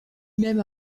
même